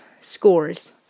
scores